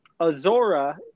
Azora